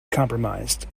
compromised